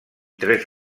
tres